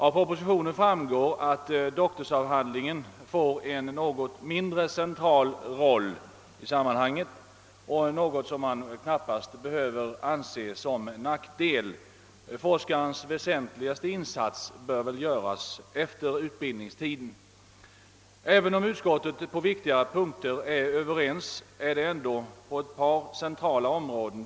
Av propositionen fram går att doktorsavhandlingen får en något mindre central roll i sammanhanget, vilket man knappast behöver se som en nackdel; forskarens väsentligaste insats bör väl göras efter utbildningstiden. Även om utskottet på viktigare punkter är enigt, är meningarna delade på ett par centrala områden.